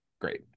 great